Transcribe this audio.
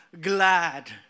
glad